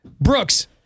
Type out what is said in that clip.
Brooks